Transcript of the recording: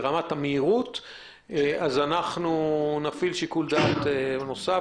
הפירוט יהיה פרטני ויוגש לנו כתוספת